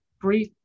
brief